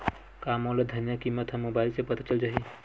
का मोला धनिया किमत ह मुबाइल से पता चल जाही का?